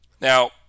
Now